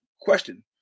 question